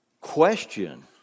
Question